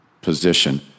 position